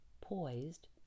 poised